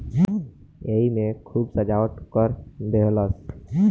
एईमे खूब सजावट कर देहलस